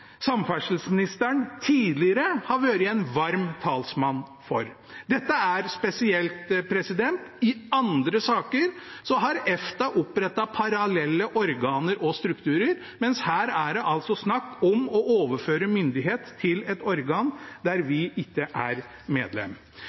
samferdselsministeren tidligere har vært en varm talsmann for. Dette er spesielt. I andre saker har EFTA opprettet parallelle organer og strukturer, mens her er det altså snakk om å overføre myndighet til et organ der vi ikke er medlem.